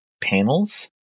panels